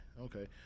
okay